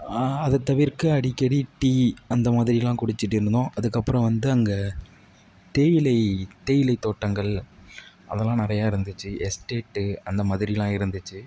அதை தவிர்க்க அடிக்கடி டீ அந்த மாதிரிலாம் குடித்துட்டு இருந்தோம் அதுக்கப்புறம் வந்து அங்கே தேயிலை தேயிலை தோட்டங்கள் அதெல்லாம் நிறையா இருந்துச்சு எஸ்டேட்டு அந்த மாதிரிலாம் இருந்துச்சு